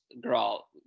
girl